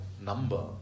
number